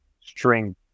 string